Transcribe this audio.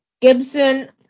Gibson